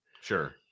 Sure